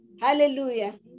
Hallelujah